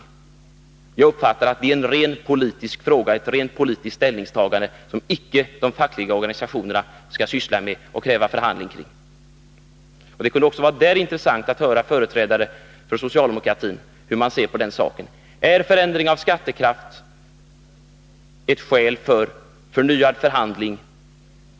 Enligt min uppfattning är det i ett sådant fall fråga om ett rent politiskt ställningstagande, som de fackliga organisationerna icke skall syssla med eller kräva förhandling om. Det skulle vara intressant att höra hur företrädare för socialdemokratin ser på denna sak. Är en förändring av skattekraften enligt socialdemokraternas uppfattning ett skäl för förnyad förhandling?